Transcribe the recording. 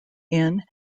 inn